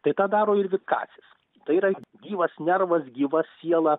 tai tą daro ir vitkacis tai yra gyvas nervas gyva siela